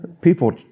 people